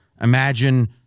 imagine